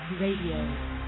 Radio